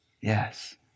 Yes